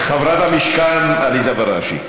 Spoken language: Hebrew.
חברת המשכן עליזה בראשי,